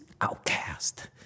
outcast